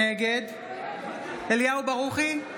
נגד אליהו ברוכי,